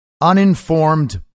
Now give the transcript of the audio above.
uninformed